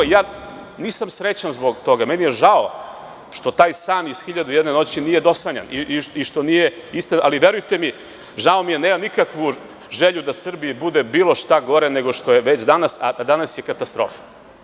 Nisam srećan zbog toga, meni je žao što taj san iz 1001 noći nije dosanjan ali, verujte mi, žao mi je, nemam nikakvu želju da Srbiji bude bilo šta gore nego što je već danas, a danas je katastrofa.